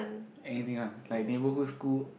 anything ah like neighbourhood school